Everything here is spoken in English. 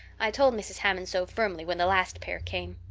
i told mrs. hammond so firmly, when the last pair came.